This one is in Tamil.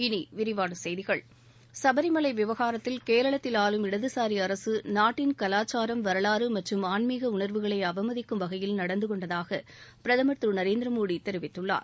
இனி விரிவான செய்திகள் சபரிமலை விவகாரத்தில் கேரளத்தில் ஆளும் இடதுசாரி அரசு நாட்டின் கலாச்சாரம் வரலாறு மற்றும் ஆன்மீக உணா்வுகளை அவமதிக்கும் வகையில் நடந்து கொண்டதாக பிரதமா் திரு நரேந்திர மோடி தெரிவித்துள்ளார்